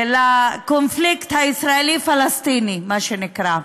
לקונפליקט הישראלי פלסטיני, מה שנקרא.